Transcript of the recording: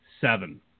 Seven